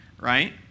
right